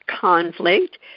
conflict